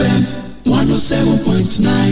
107.9